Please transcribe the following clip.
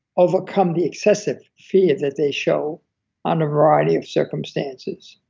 overcome the excessive fear that they show on a variety of circumstances.